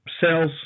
cells